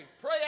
pray